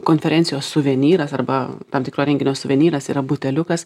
konferencijos suvenyras arba tam tikro renginio suvenyras yra buteliukas